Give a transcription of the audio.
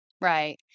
Right